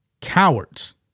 Cowards